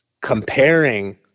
comparing